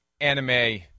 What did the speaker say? anime